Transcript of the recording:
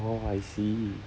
oh I see